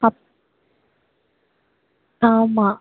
அப் ஆமாம்